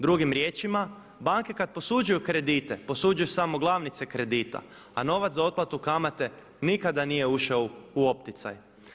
Drugim riječima banke kad posuđuju kredite posuđuju samo glavnice kredita, a novac za otplatu kamate nikada nije ušao u opticaj.